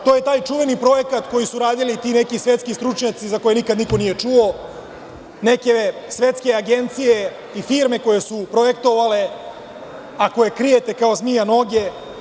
To je taj čuveni projekat koji su radili ti neki svetski stručnjaci za koje niko nikad nije čuo, neke svetske agencije i firme koje su projektovale, a koje krijete kao zmija noge.